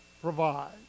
provide